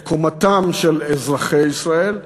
את קומתם של אזרחי ישראל,